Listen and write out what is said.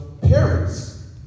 parents